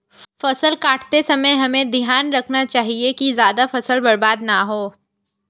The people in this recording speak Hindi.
फसल काटते समय हमें ध्यान रखना चाहिए कि ज्यादा फसल बर्बाद न हो